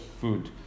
food